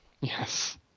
Yes